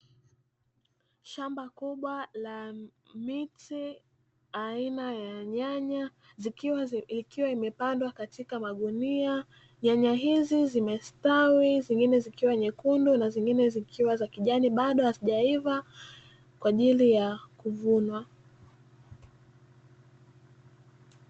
Shamba kubwa la miche aina ya nyanya, ikiwa imepandwa katika magunia, nyanya hizi zimestawi nyingine zikiwa nyekundu na nyingine zikiwa za kijani bado hazijaiva kwa ajili ya kuvunwa.